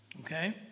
okay